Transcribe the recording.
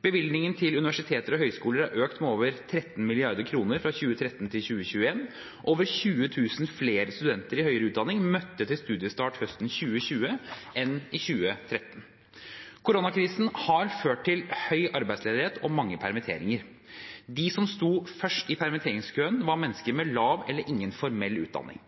Bevilgningen til universiteter og høyskoler har økt med over 13 mrd. kr fra 2013 til 2021. Over 20 000 flere studenter i høyere utdanning møtte til studiestart høsten 2020 enn i 2013. Koronakrisen har ført til høy arbeidsledighet og mange permitteringer. De som sto først i permitteringskøen, var mennesker med lav eller ingen formell utdanning.